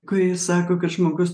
kai sako kad žmogus